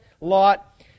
Lot